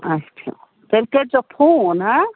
اَچھا تیٚلہِ کٔرۍزیٚو فون ہاں